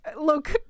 look